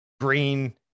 green